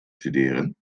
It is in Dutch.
studeren